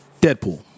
Deadpool